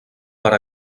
per